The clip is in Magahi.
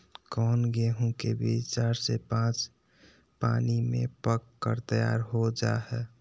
कौन गेंहू के बीज चार से पाँच पानी में पक कर तैयार हो जा हाय?